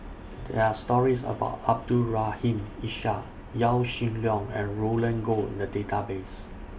There Are stories about Abdul Rahim Ishak Yaw Shin Leong and Roland Goh in The Database